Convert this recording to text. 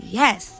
yes